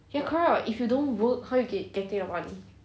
ya correct [what] if you don't work how you get getting the money